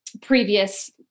previous